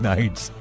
Nights